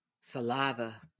saliva